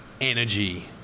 energy